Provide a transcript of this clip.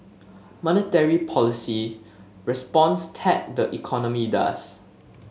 monetary policy responds tat the economy does